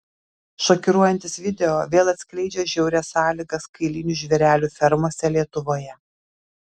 šokiruojantis video vėl atskleidžia žiaurias sąlygas kailinių žvėrelių fermose lietuvoje